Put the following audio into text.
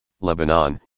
Lebanon